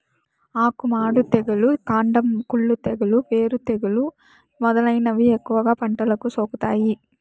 ఆకు మాడు తెగులు, కాండం కుళ్ళు తెగులు, వేరు తెగులు మొదలైనవి ఎక్కువగా పంటలకు సోకుతాయి